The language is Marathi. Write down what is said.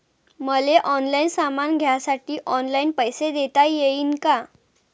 मले ऑनलाईन सामान घ्यासाठी ऑनलाईन पैसे देता येईन का?